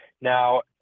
Now